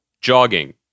jogging